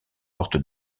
porte